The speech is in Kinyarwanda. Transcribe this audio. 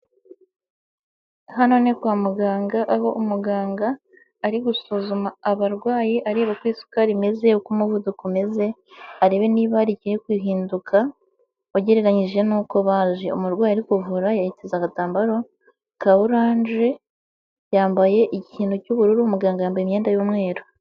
Hano ni kwa muganga aho umuganga ari gusuzuma abarwayi areba uko isukari imeze uko umuvuduko umeze, arebe niba hari ikiri ghinduka ugereranyije n'uko baje, umurwayi ari kuvura yiteze agatambaro ka oranje yambaye ikintu cy'ubururu muganga yambaye imyenda y'umweru.